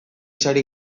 sari